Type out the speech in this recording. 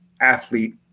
athlete